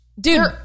dude